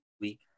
week